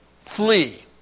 flee